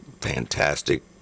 fantastic